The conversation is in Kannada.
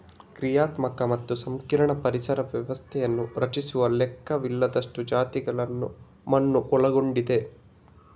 ಕ್ರಿಯಾತ್ಮಕ ಮತ್ತು ಸಂಕೀರ್ಣ ಪರಿಸರ ವ್ಯವಸ್ಥೆಯನ್ನು ರಚಿಸುವ ಲೆಕ್ಕವಿಲ್ಲದಷ್ಟು ಜಾತಿಗಳನ್ನು ಮಣ್ಣು ಒಳಗೊಂಡಿದೆ